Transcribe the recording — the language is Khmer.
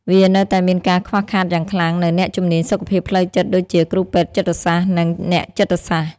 វានៅតែមានការខ្វះខាតយ៉ាងខ្លាំងនូវអ្នកជំនាញសុខភាពផ្លូវចិត្តដូចជា គ្រូពេទ្យចិត្តសាស្ត្រ និងអ្នកចិត្តសាស្រ្ត។